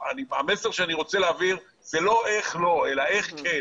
המסר שאני רוצה להעביר הוא לא איך לא אלא איך כן.